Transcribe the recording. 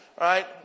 Right